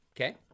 Okay